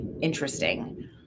interesting